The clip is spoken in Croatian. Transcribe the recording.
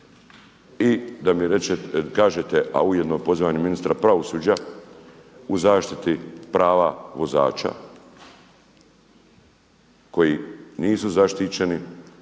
i da mi kažete a ujedno pozivam i ministra pravosuđa u zaštiti prava vozača koji nisu zaštićeni,